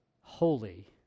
holy